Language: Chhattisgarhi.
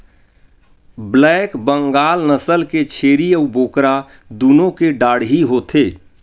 ब्लैक बंगाल नसल के छेरी अउ बोकरा दुनो के डाढ़ही होथे